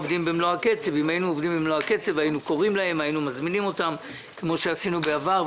היינו מזמינים אותם כמו שעשינו בעבר,